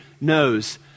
knows